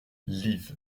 liv